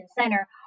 center